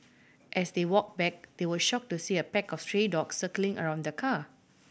as they walked back they were shocked to see a pack of stray dogs circling around the car